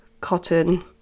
cotton